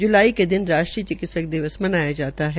ज्लाई का दिन राष्ट्रीय चिकित्सक दिवस मनाया जाता है